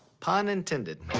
pun intended.